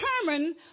determine